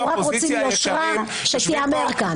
אנחנו רק רוצים יושרה שתיאמר כאן.